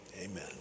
Amen